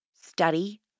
study